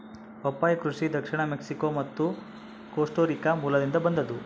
ಪಪ್ಪಾಯಿ ಕೃಷಿ ದಕ್ಷಿಣ ಮೆಕ್ಸಿಕೋ ಮತ್ತು ಕೋಸ್ಟಾರಿಕಾ ಮೂಲದಿಂದ ಬಂದದ್ದು